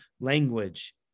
language